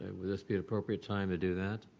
would this be appropriate time to do that?